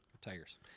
Tigers